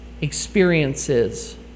experiences